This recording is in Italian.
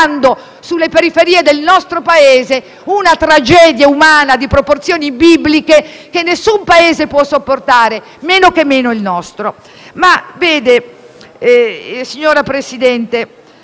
scaricando sulle periferie del nostro Paese una tragedia umana di proporzioni bibliche, che nessuno Stato può sopportare, men che meno il nostro.